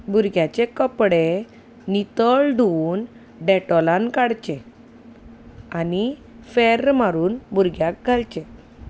भुरग्याचे कपडे नितळ धुवून डॅटोलान काडचें आनी फेर्र मारून भुरग्याक घालचें